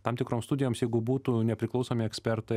tam tikroms studijoms jeigu būtų nepriklausomi ekspertai